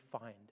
find